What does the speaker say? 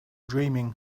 dreaming